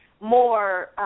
more